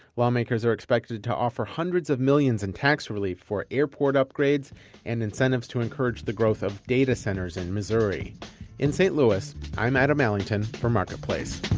lawmakers are expected to offer hundreds of millions in tax relief for airport upgrades and incentives to encourage the growth of data centers in missouri in st. louis, i'm adam allington for marketplace